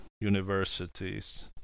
universities